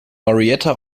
marietta